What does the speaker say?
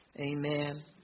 Amen